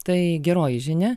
tai geroji žinia